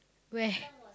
where